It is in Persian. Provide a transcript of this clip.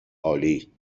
عالی